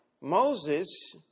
Moses